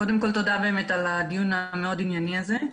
קודם כול, תודה באמת על הדיון המאוד ענייני הזה.